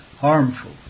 harmful